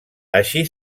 així